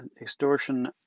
extortion